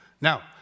Now